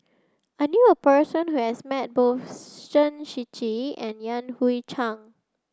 I knew a person who has met both Shen Shiji and Yan Hui Chang